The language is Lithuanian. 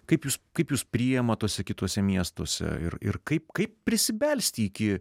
kaip jus kaip jus priema tuose kituose miestuose ir ir kaip kaip prisibelsti iki